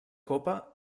copa